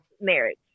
marriage